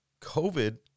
COVID